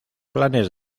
planes